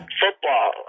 football